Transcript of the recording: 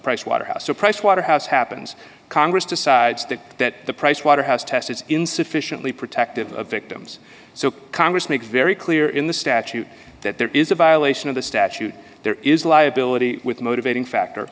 pricewaterhouse a pricewaterhouse happens congress decides that the pricewaterhouse test is insufficiently protective of victims so congress makes very clear in the statute that there is a violation of the statute there is liability with the motivating factor